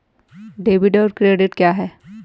Debit और credit क्या है?